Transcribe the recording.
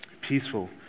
Peaceful